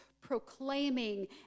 proclaiming